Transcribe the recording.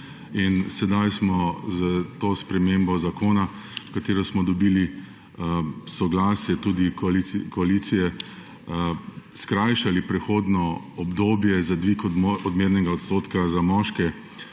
in sedaj smo s to spremembo zakona, h kateri smo dobili soglasje tudi koalicije, skrajšali prehodno obdobje za dvig odmernega odstotka za moške